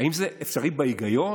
האם זה אפשרי בהיגיון?